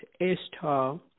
Esther